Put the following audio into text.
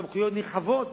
סמכויות נרחבות,